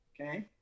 okay